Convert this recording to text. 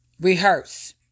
Rehearse